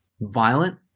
violent